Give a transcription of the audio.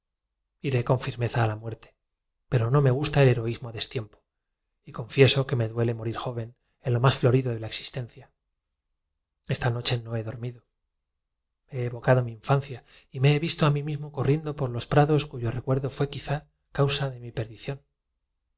iré con firmeza a la muerte pero no me gusta el van a decir los demás el valor es una costumbre que todos podemos heroísmo destiempo a y confieso que me duele morir joven en lo más adquirir debo caminar decorosamente a la muerte por otra parte florido de la existencia esta noche no he dormido he evocado mi in fancia y me he visto a mí mismo corriendo por los prados cuyo re cuerdo fué quizá causa de mi perdición